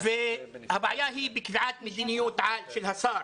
הבעיה היא בקביעת מדיניות של השר,